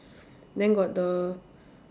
then got the